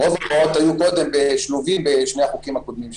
רוב ההנחיות היו קודם שלובים בשני החוקים הקודמים שהיו.